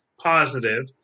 positive